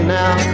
now